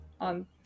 On